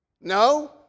No